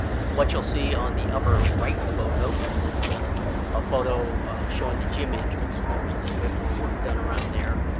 what you'll see on the upper right photo is a photo showing the gym entrance. so there was a little bit more work done around there.